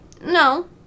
No